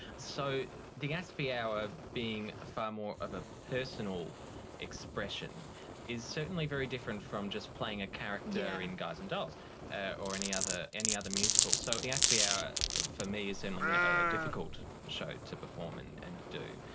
so the aspie hour being far more of a personal expression is certainly very different from just playing a character in guys and dolls or any other any other musical. so the aspie hour for me has certainly been a difficult show to perform and and do,